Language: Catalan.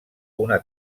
una